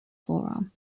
forearm